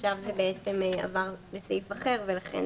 עכשיו זה בעצם עבר לסעיף אחר, ולכן